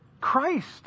Christ